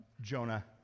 jonah